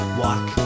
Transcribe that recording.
walk